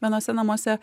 vienuose namuose